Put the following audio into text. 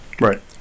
Right